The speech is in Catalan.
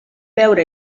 veure